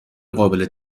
قابل